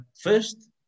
first